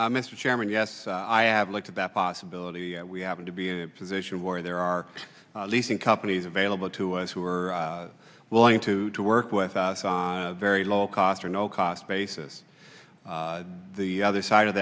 but mr chairman yes i have looked at that possibility we happen to be in a position where there are leasing companies available to us who are willing to to work with a very low cost or no cost basis the other side of